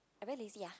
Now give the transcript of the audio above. I very lazy ah